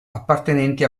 appartenenti